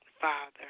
Father